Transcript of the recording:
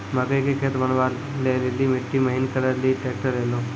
मकई के खेत बनवा ले ली मिट्टी महीन करे ले ली ट्रैक्टर ऐलो?